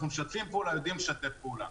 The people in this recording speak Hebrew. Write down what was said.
אנחנו משתפים פעולה, יודעים לשתף פעולה.